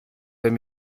wenn